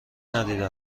ندیده